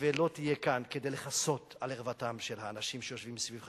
שלא תהיה כאן כדי לכסות על ערוותם של האנשים שיושבים מסביבך